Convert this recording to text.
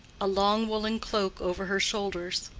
a long woolen cloak over her shoulders.